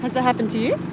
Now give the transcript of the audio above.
has that happened to you?